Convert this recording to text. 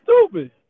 stupid